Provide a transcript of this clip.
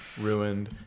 Ruined